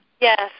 Yes